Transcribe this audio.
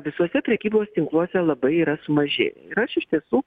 visuose prekybos tinkluose labai yra sumažėję ir aš iš tiesų